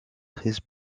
treize